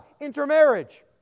Intermarriage